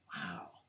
wow